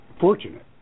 fortunate